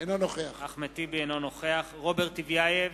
אינו נוכח רוברט טיבייב,